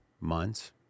months